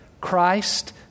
Christ